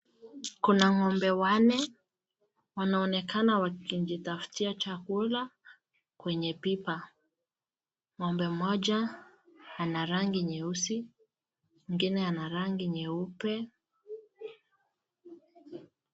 Kuna ngombe wanne, wanaonekana wakijitaftia chakula, kwenye pipa. Ngombe moja ana rangi nyeusi , mwingine ana rangi nyeupe .